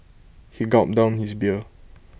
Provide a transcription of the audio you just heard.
he gulped down his beer